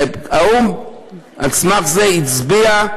והאו"ם על סמך זה הצביע,